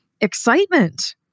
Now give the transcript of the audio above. excitement